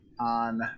on